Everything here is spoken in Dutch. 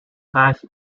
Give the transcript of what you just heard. gaatje